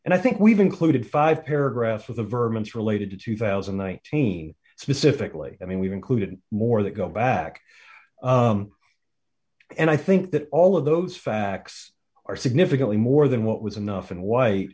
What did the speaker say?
and i think we've included five paragraphs of the vermins related to two thousand and nineteen specifically i mean we've included more that go back and i think that all of those facts are significantly more than what was enough and white